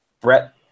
Brett